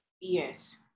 Yes